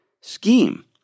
scheme